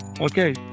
Okay